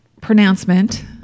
pronouncement